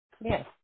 Yes